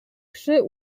кеше